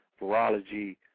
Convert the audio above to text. virology